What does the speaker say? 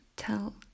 tell